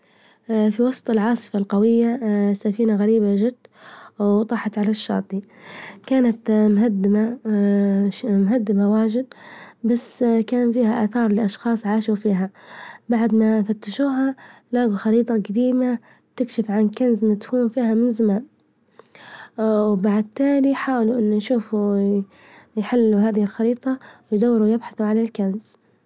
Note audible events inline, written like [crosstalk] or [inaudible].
[hesitation] في وسط العاصفة القوية [hesitation] سفينة غريبة جدا، وطاحت على الشاطئ، كانت [hesitation] مهدمة [hesitation] مهدمة واجد، بس [hesitation] كان فيها آثار لأشخاص عاشوا فيها، بعد ما فتشوها لجوا خريطة جديمة تكشف عن كنز مدفون فيها من زمان، [hesitation] وبعد تالي حاولوا إنه يشوفوا يحلوا هذه الخريطة ويدوروا ويبحثوا عن الكنز.